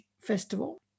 Festival